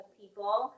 people